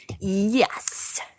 Yes